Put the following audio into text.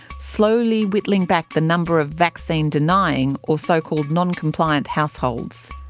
slowly whittling back the number of vaccine denying or so called non-compliant households.